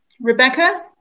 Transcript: Rebecca